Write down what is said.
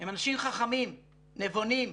הם אנשים חכמים, נבונים.